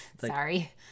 Sorry